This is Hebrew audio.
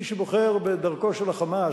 מי שבוחר בדרכו של ה"חמאס",